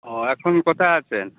ও এখন কোথায় আছেন